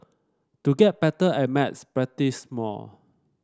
to get better at maths practise more